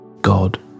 God